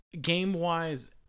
game-wise